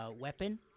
weapon